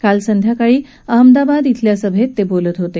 काल संध्याकाळी अहमदाबाद बेल्या सभेत ते बोलत होते